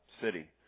city